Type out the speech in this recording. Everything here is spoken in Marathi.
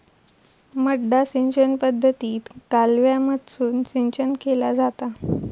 मड्डा सिंचन पद्धतीत कालव्यामधसून सिंचन केला जाता